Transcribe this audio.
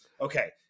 okay